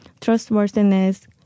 trustworthiness